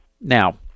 Now